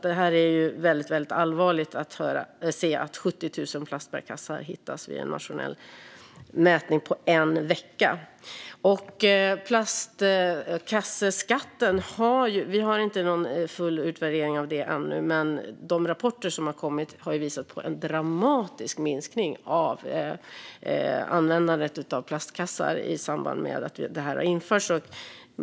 Det är allvarligt att höra att 70 000 plastbärkassar hittas vid en nationell mätning under en vecka. Plastkasseskatten har vi inte någon full utvärdering av ännu, men de rapporter som har kommit har visat på en dramatisk minskning av användandet av plastkassar i samband med att den införts.